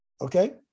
Okay